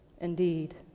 indeed